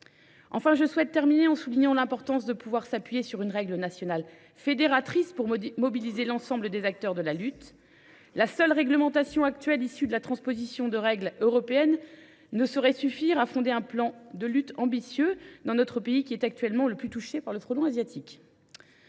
bien menées. Je terminerai en soulignant l’importance de pouvoir s’appuyer sur une règle nationale fédératrice pour mobiliser l’ensemble des acteurs de la lutte. La seule réglementation actuelle issue de la transposition de règles européennes ne saurait suffire à fonder un plan de lutte ambitieux dans notre pays, qui est actuellement le plus touché par le frelon asiatique.